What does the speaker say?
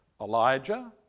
Elijah